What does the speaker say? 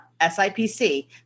SIPC